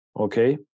Okay